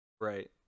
Right